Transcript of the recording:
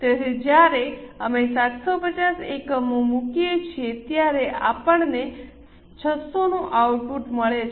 તેથી જ્યારે અમે 750 એકમો મૂકીએ છીએ ત્યારે આપણને 600 નું આઉટપુટ મળે છે